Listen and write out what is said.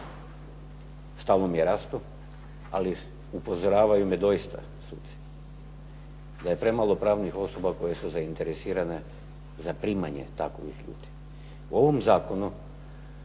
stalnom je rastu, ali upozoravaju me stalno suci da je premalo pravnih osoba koje su zainteresirani za primanje takvih ljudi. U ovom zakonu